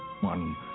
one